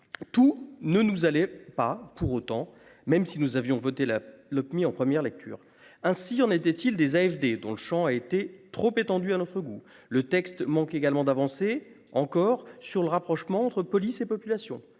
Tout ne nous allez pas pour autant, même si nous avions voté la Lopmi en première lecture. Ainsi on était-il des AFD dans le Champ a été trop étendu à notre goût. Le texte manque également d'avancer encore sur le rapprochement entre police et population.